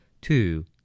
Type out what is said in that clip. Two